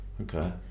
Okay